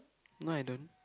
no I don't